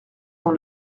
dans